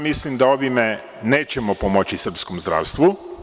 Mislim da ovim nećemo pomoći srpskom zdravstvu.